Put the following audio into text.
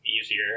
easier